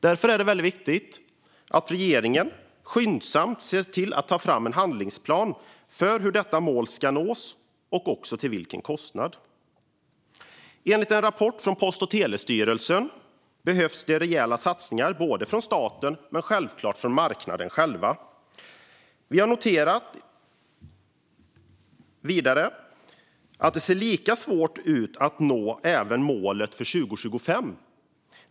Därför är det viktigt att regeringen skyndsamt tar fram en handlingsplan för hur målet ska nås och till vilken kostnad. Enligt en rapport från Post och telestyrelsen behövs det rejäla satsningar från både staten och självklart marknaden. Centerpartiet noterar vidare att det även kan bli svårt att nå målet för 2025.